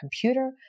computer